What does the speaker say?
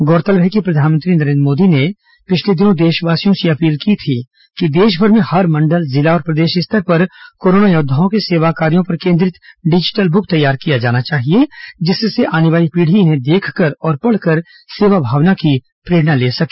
गौरतलब है कि प्रधानमंत्री नरेंद्र मोदी मोदी ने पिछले दिनों देशवासियों से यह अपील की थी कि देशभर में हर मंडल जिला और प्रदेश स्तर पर कोरोना योद्वाओं के सेवा कार्यों पर केंद्रित डिजिटल बुक तैयार किया जाना चाहिए जिससे आने वाली पीढ़ी इन्हें देखकर और पढ़कर सेवा भावना की प्रेरणा ले सके